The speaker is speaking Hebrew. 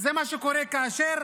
זה מה שקורה כאשר